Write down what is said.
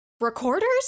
recorders